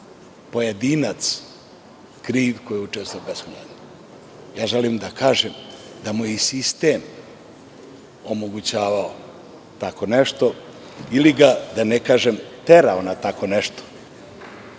pojedinac kriv koji je učestvovao u bespravnu gradnju. Želim da kažem da mu je i sistem omogućavao tako nešto ili ga da ne kažem terao na tako nešto.